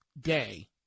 day